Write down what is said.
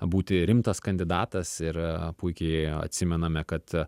būti rimtas kandidatas ir puikiai atsimename kad